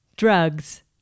Drugs